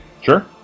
Sure